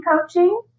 coaching